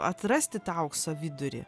atrasti tą aukso vidurį